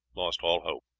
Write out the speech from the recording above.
lost all hope,